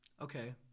Okay